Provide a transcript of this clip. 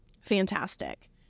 fantastic